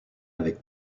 avec